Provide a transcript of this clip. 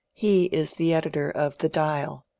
he is the editor of the dial,